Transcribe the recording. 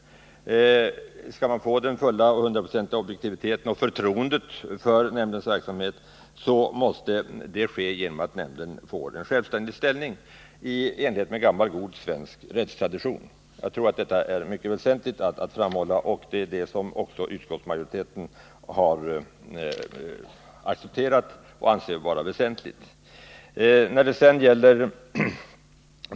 Vill man uppnå fullständig objektivitet och fullständigt förtroende för nämndens verksamhet, måste detta ske genom att nämnden i enlighet med gammal god svensk rättstradition ges en skyddad ställning. Jag tror att det är mycket väsentligt att framhålla detta. Utskottsmajoriteten har också menat att detta krav är väsentligt.